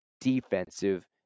defensive